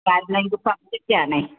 കാരണം ഇത് പബ്ലിക്ക് ആണേ